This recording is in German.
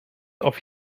auf